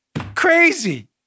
Crazy